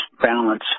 balance